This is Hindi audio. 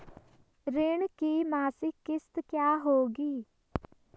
ऋण की मासिक किश्त क्या होगी?